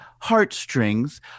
heartstrings